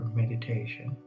meditation